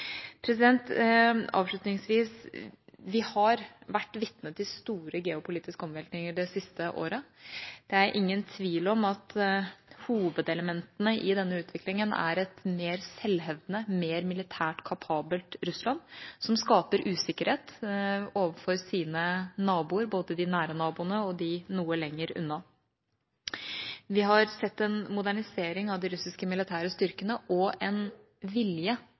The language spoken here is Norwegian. Avslutningsvis: Vi har vært vitne til store geopolitiske omveltninger det siste året. Det er ingen tvil om at hovedelementene i denne utviklingen er et mer selvhevdende, mer militært kapabelt Russland, som skaper usikkerhet overfor sine naboer, både de nære naboene og de noe lenger unna. Vi har sett en modernisering av de russiske militære styrkene og en vilje